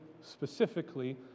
specifically